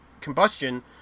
combustion